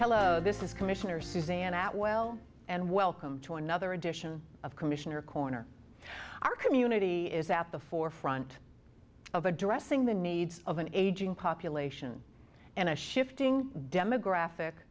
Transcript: this is commissioner suzanne at well and welcome to another edition of commissioner corner our community is at the forefront of addressing the needs of an aging population and a shifting demographic